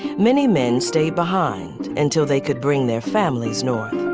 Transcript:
many men stayed behind until they could bring their families north.